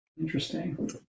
Interesting